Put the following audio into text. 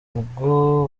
ubwo